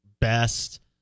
best